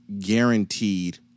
guaranteed